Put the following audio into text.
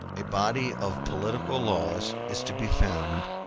a body of political laws is to be found,